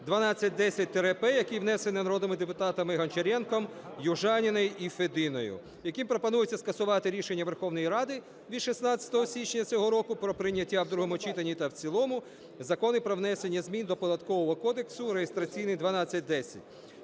1210-П), який внесений народними депутатами Гончаренком, Южаніною і Фединою, яким пропонується скасувати рішення Верховної Ради від 16 січня цього року про прийняття в другому читанні та в цілому Закону про внесення змін до Податкового кодексу (реєстраційний 1210).